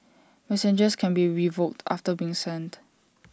messages can be revoked after being sent